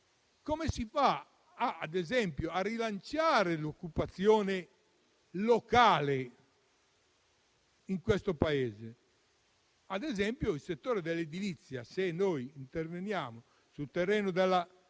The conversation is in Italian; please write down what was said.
come si fa a rilanciare l'occupazione locale in questo Paese? Ad esempio, nel settore dell'edilizia, se interveniamo sul terreno della